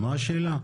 מה השאלה?